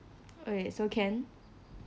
so can